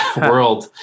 world